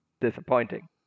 disappointing